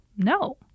No